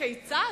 כיצד?